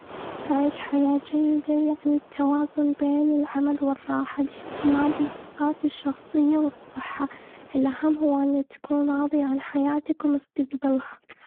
عيش حياة جيدة، يعني التوازن بين العمل والراحة، الإهتمام بالعلاقات الشخصية والصحة. الأهم هو أن تكون راضي عن حياتك ومستقبلها.